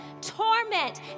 torment